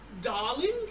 Darling